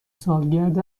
سالگرد